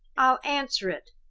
i'll answer it.